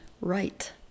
right